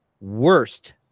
worst